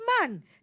man